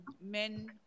men